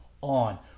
on